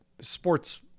sports